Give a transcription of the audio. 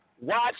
Watch